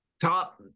top